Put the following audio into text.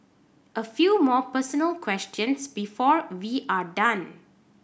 a few more personal questions before we are done